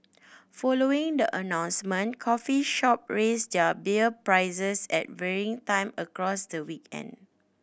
following the announcement coffee shop raised their beer prices at varying time across the weekend